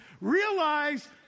realize